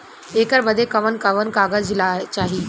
ऐकर बदे कवन कवन कागज चाही?